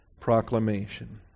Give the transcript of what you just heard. proclamation